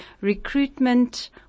recruitment